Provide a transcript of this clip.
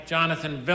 Jonathan